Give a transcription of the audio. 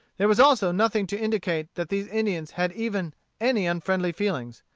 there was also nothing to indicate that these indians had even any unfriendly feelings.